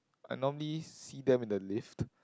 I normally see them in the lift